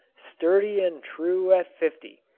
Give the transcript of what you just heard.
sturdy and true at fifty,